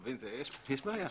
יש שם בעיה.